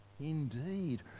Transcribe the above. Indeed